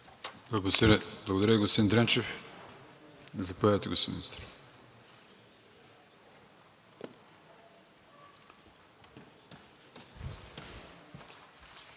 Благодаря, господин Дренчев. Заповядайте, господин Министър.